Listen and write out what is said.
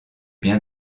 bien